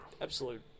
Absolute